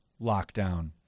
lockdown